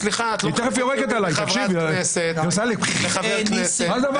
סליחה, את לא יכולה לדבר כמו חברת כנסת.